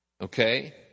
Okay